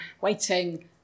waiting